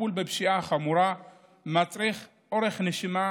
הטיפול בפשיעה החמורה מצריך אורך נשימה